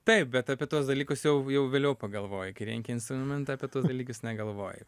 taip bet apie tuos dalykus jau jau vėliau pagalvoji kai renki instrumentą apie tuos dalykus negalvoji